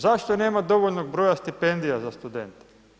Zašto nema dovoljnog broja stipendija za studente?